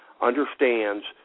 understands